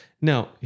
Now